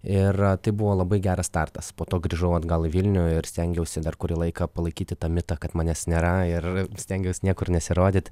ir tai buvo labai geras startas po to grįžau atgal į vilnių ir stengiausi dar kurį laiką palaikyti tą mitą kad manęs nėra ir stengiaus niekur nesirodyt